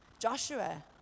Joshua